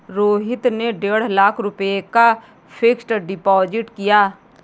रोहित ने डेढ़ लाख रुपए का फ़िक्स्ड डिपॉज़िट किया